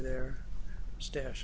their stash